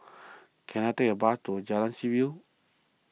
can I take a bus to Jalan Seaview